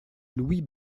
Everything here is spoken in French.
louis